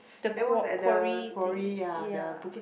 the qua~ quarry thing ya